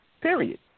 Period